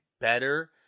better